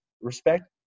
respect